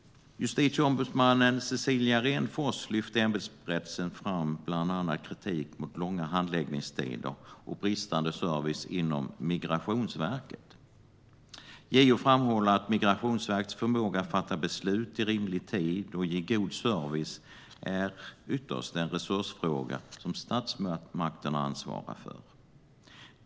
Justitieombudsmannen Cecilia Renfors lyfter i ämbetsberättelsen bland annat fram kritik mot långa handläggningstider och bristande service inom Migrationsverket. JO framhåller att Migrationsverkets förmåga att fatta beslut i rimlig tid och ge god service ytterst är en resursfråga som statsmakterna ansvarar för.